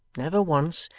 never once,